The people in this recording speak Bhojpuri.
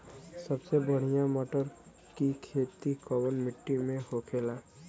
सबसे बढ़ियां मटर की खेती कवन मिट्टी में होखेला?